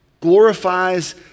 Glorifies